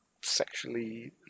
sexually